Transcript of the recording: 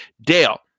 Dale